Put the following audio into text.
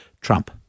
Trump